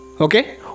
okay